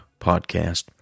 podcast